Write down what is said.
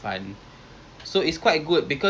can lah nanti I call dia orang